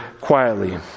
quietly